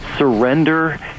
Surrender